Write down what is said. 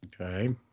Okay